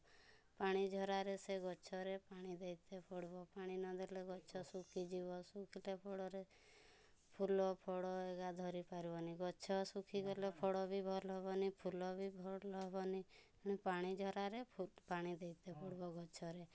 ପାଣିଝରାରେ ସେ ଗଛରେ ପାଣି ଦେଇ ତେ ପଡ଼ବ ପାଣି ନ ଦେଲେ ଗଛ ଶୁଖିଯିବ ଶୁଖିଲା ଫଳରେ ଫୁଲ ଫଳ ହେରିକା ଧରି ପାରିବନି ଗଛ ଶୁଖି ଗଲେ ଫଳ ବି ଭଲ ହେବନି କି ଫୁଲ ବି ଭଲ ହବନି ପାଣିଝରାରେ ପାଣି ଦେଇତେ ପଡ଼ବ ଗଛରେ